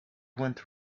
went